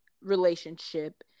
relationship